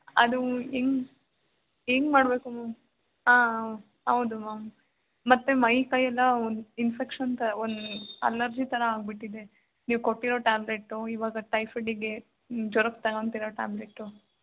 ಅದು ಹೇಗೆ ಹೇಗೆ ಮಾಡಬೇಕು ಮ್ಯಾಮ್ ಹಾಂ ಹೌದು ಮ್ಯಾಮ್ ಮತ್ತೆ ಮೈಕೈ ಎಲ್ಲ ಒಂದು ಇನ್ಫೆಕ್ಷನ್ ಥರ ಒಂದು ಅಲರ್ಜಿ ಥರ ಆಗಿಬಿಟ್ಟಿದೆ ನೀವು ಕೊಟ್ಟಿರೋ ಟ್ಯಾಬ್ಲೆಟು ಈವಾಗ ಟೈಫಾಡಿಗೆ ಜ್ವರಕ್ಕೆ ತಗೋತಿರೋ ಟ್ಯಾಬ್ಲೆಟು